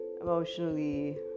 emotionally